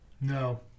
No